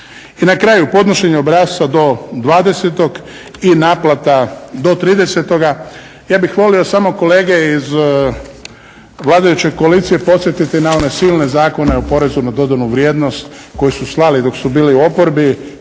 I na kraju, podnošenje obrasca do 20.-og i naplata do 30.-og. Ja bih volio samo kolege iz vladajuće koalicije podsjetiti na one silne zakone o PDV-u koje su slali dok su bili u oporbi